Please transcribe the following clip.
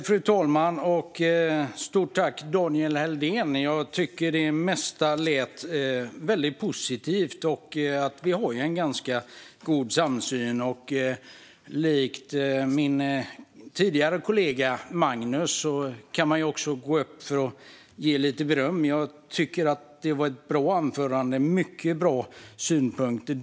Fru talman! Jag vill säga ett stort tack till Daniel Helldén. Jag tycker att det mesta lät positivt, och vi har ju en god samsyn. Likt min kollega Magnus Jacobsson gjorde tidigare kan jag också gå upp i talarstolen för att ge beröm. Det var ett bra anförande med många bra synpunkter.